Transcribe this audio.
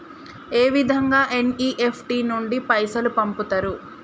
ఏ విధంగా ఎన్.ఇ.ఎఫ్.టి నుండి పైసలు పంపుతరు?